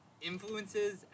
influences